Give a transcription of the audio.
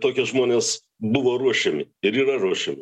tokie žmonės buvo ruošiami ir yra ruošiami